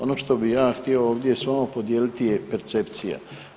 Ono što bi ja htio ovdje s vama podijeliti je percepcija.